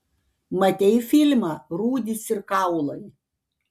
matei filmą rūdys ir kaulai